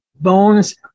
bones